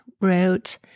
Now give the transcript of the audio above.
wrote